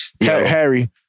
Harry